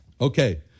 okay